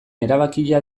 erabakia